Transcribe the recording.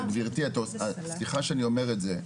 גברתי, סליחה שאני אומר את זה.